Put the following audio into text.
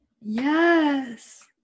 Yes